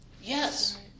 Yes